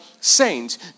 saints